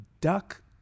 duck